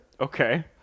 Okay